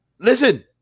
Listen